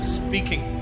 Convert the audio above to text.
speaking